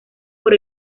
por